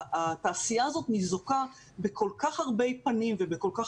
התעשייה הזאת ניזוקה בכל כך הרבה פנים ובכל כך